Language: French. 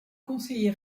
conseiller